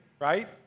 right